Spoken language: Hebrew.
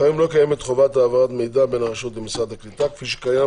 כיום לא קיימת חובת העברת מידע בין הרשות למשרד הקליטה כפי שקיים